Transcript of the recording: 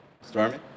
Stormy